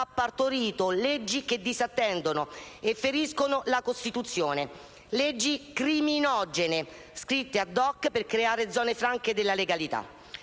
partorito leggi che disattendono e feriscono la Costituzione, leggi criminogene, scritte *ad hoc* per creare zone franche della legalità.